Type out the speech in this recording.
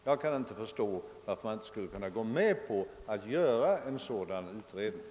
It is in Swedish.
Jag kan inte förstå varför man inte skulle kunna gå med på att göra en sådan utredning.